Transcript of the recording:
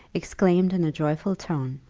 exclaimed in a joyful tone,